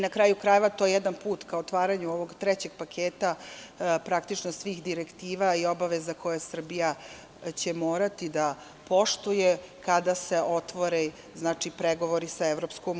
Na kraju krajeva, to je jedan put ka otvaranju ovog trećeg paketa, praktično svih direktiva i obaveza koje Srbija će morati da poštuje kada se otvore pregovori sa EU.